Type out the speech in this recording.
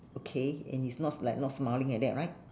okay and it's not like not smiling like that right